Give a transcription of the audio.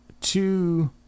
two